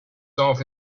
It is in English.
himself